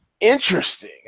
Interesting